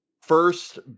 first